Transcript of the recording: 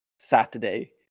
Saturday